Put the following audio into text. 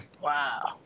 wow